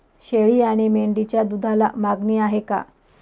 शेळी आणि मेंढीच्या दूधाला मागणी आहे का?